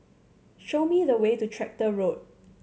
show me the way to Tractor Road